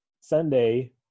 Sunday